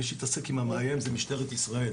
מי שיתעסק עם המאיים זאת משטרת ישראל,